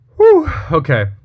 okay